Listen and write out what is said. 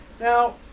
Now